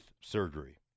surgery